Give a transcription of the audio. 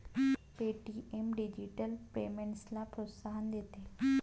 Paytm digital पेमेंट्सला प्रोत्साहन देते